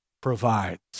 provides